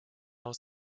aus